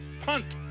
punt